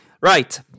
Right